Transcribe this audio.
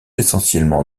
essentiellement